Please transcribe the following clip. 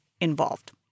involved